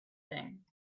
thing